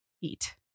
eat